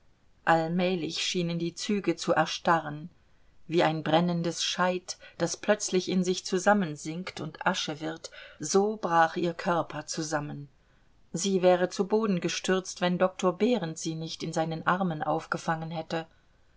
allmählich schienen die züge zu erstarren wie ein brennendes scheit das plötzlich in sich zusammen sinkt und asche wird so brach ihr körper zusammen sie wäre zu boden gestürzt wenn doktor behrend sie nicht in seinen armen aufgefangen hätte